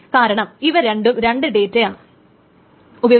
കാരണം ഇവ രണ്ടും രണ്ട് ഡേറ്റയാണ് ഉപയോഗിക്കുന്നത്